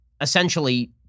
essentially